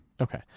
Okay